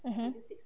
mmhmm